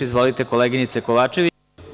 Izvolite koleginice Kovačević.